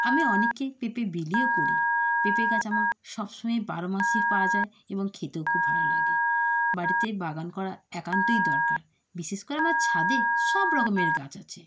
আমি অনেককে পেঁপে বিলিও করি পেঁপে গাছ আমার সবসময় বারো মাসই পাওয়া যায় এবং খেতেও খুব ভালো লাগে বাড়িতে বাগান করা একান্তই দরকার বিশেষ করে আমার ছাদে সব রকমের গাছ আছে